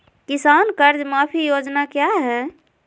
किसान कर्ज माफी योजना क्या है?